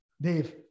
Dave